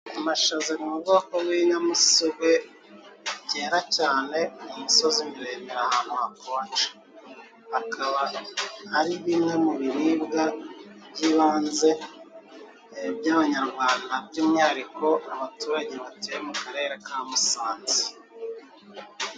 Amashaza ari mu bwoko bw'inyamusogwe byera cyane mu misozi miremire ahantu hakonja. Akaba ari bimwe mu biribwa by'ibanze by'abanyarwanda by'umwihariko abaturage batuye mu Karere ka Musanze.